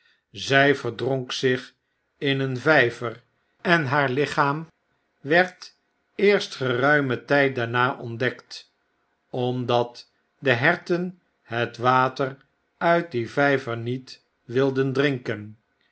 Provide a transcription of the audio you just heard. zy verdronk zich in een vijver enhaarlichaam werd eerst geruimen tyd daarna ontdekt omdat de herten het water uit dien vyver niet wilden drinken